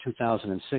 2006